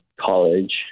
college